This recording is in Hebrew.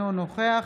אינו נוכח